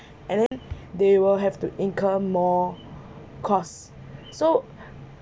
and then they will have to incur more costs so